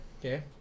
okay